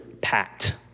packed